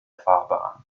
fahrbahn